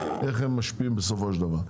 איך הם משפיעים בסופו של דבר.